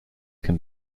can